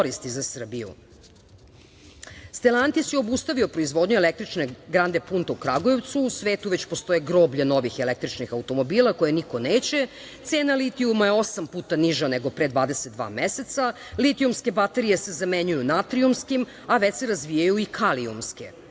Srbiju.„Stelantis“ je obustavio proizvodnju električne „grande punto“ u Kragujevcu. U svetu već postoje groblja novih električnih automobila koje niko neće. Cena litijuma je osam puta niža nego pre 22 meseca. Litijumske baterije se zamenjuju natrijumskim, a već se razvijaju i kalijumske.